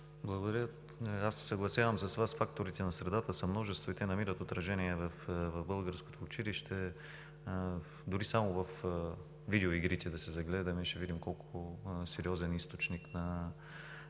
Благодаря. Съгласявам се с Вас – факторите на средата са множество и те намират отражение в българското училище. Дори само във видеоигрите да се загледаме, ще видим колко сериозен източник на